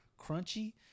crunchy